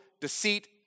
deceit